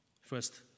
first